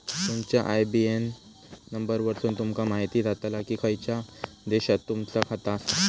तुमच्या IBAN number वरसुन तुमका म्हायती जाताला की खयच्या देशात तुमचा खाता आसा